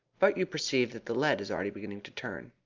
but you perceive that the lead is already beginning to turn.